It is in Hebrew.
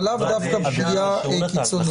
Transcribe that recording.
אבל לאו דווקא פגיעה קיצונית.